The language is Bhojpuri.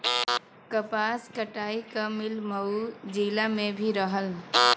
कपास कटाई क मिल मऊ जिला में भी रहल